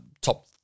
top